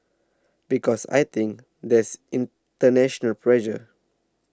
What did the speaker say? because I think there's international pressure